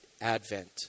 Advent